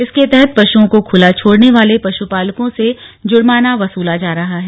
इसके तहत पशुओं को खुला छोड़ने वाले पशुपालकों से जुर्माना वसूला जा रहा है